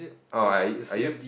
oh I I use